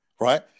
right